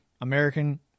American